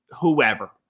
whoever